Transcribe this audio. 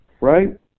right